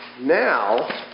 Now